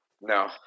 no